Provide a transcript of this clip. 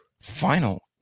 final